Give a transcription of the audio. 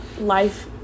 life